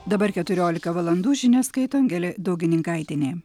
dabar keturiolika valandų žinias skaito angelė daugininkaitienė